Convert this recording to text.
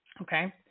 okay